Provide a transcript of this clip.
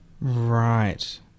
Right